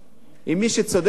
עם מי שצודק אני לא מתווכח.